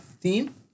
team